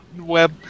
web